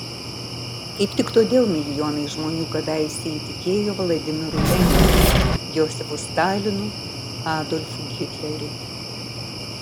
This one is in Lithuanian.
kaip tik todėl milijonai žmonių kadaise įtikėjo vladimiru leninu josifu stalinu adolfu hitleriu